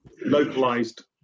localized